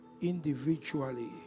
individually